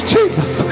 Jesus